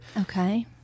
Okay